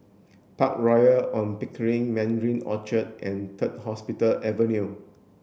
Park Royal On Pickering Mandarin Orchard and Third Hospital Avenue